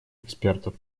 экспертов